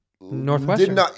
Northwestern